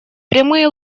прямые